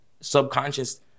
subconscious